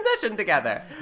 together